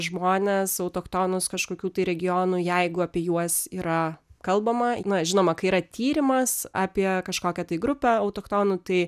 žmones autochtonus kažkokių tai regionų jeigu apie juos yra kalbama na žinoma kai yra tyrimas apie kažkokią tai grupę autochtonų tai